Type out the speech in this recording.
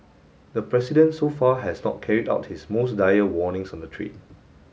the president so far has not carried out his most dire warnings on the trade